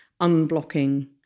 unblocking